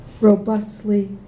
robustly